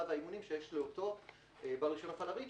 והאימונים שיש לאותו בעל רישיון הפעלה אווירית,